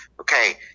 Okay